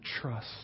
trust